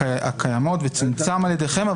זה קיים בתקנות הקיימות, וצומצם על ידיכם.